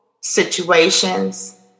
situations